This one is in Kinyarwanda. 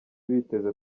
biteze